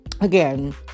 Again